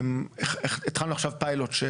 התחלנו עכשיו פיילוט.